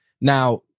now